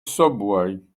subway